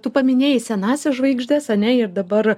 bet tu paminėjai senąsias žvaigždes ar ne ir dabar